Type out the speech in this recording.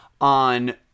on